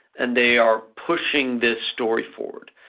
and they are pushing this story forward.